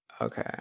Okay